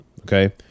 Okay